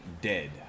dead